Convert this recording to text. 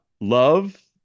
Love